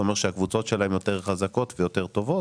זה אומר שהקבוצות שלהן יותר חזקות ויותר טובות.